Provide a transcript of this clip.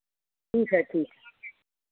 ठीक है ठीक